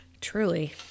Truly